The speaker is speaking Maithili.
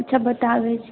अच्छा बताबैत छी